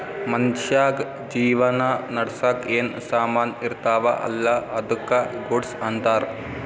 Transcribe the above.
ಮನ್ಶ್ಯಾಗ್ ಜೀವನ ನಡ್ಸಾಕ್ ಏನ್ ಸಾಮಾನ್ ಇರ್ತಾವ ಅಲ್ಲಾ ಅದ್ದುಕ ಗೂಡ್ಸ್ ಅಂತಾರ್